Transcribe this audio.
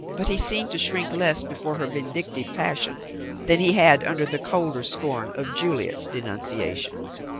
but he seemed to shrink less before her vindictive passion than he had under the colder scorn of juliet's denunciations.